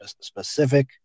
specific